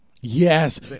Yes